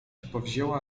powzięła